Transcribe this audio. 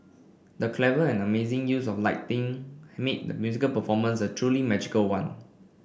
the clever and amazing use of lighting made the musical performance a truly magical one